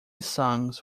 songs